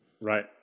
Right